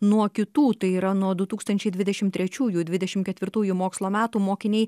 nuo kitų tai yra nuo du tūkstančiai dvidešim trečiųjų dvidešim ketvirtųjų mokslo metų mokiniai